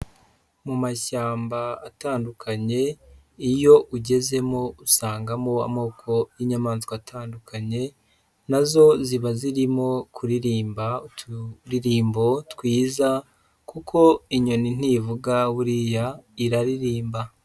Mu mashyamba atandukanye, iyo ugezemo usangamo amoko y'inyamanswa atandukanye, na zo ziba zirimo kuririmba uturirimbo twiza kuko inyoni ntivuga, buriya iraririmba.